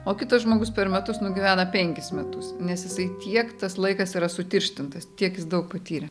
o kitas žmogus per metus nugyvena penkis metus nes jisai tiek tas laikas yra sutirštintas tiek jis daug patyrė